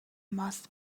must